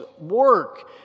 work